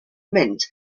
mint